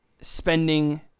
spending